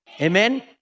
Amen